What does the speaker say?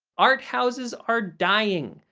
art houses are dying.